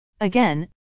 Again